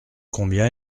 combien